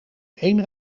één